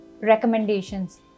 recommendations